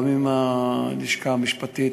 גם עם הלשכה המשפטית,